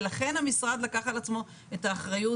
ולכן המשרד לקח על עצמו את האחריות,